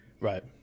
Right